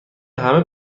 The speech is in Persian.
همه